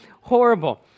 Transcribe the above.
horrible